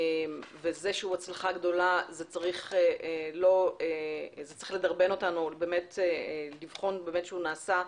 וזה שהוא הצלחה גדולה זה צריך לדרבן אותנו לבחון שהוא נאכף,